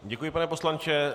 Děkuji, pane poslanče.